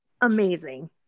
amazing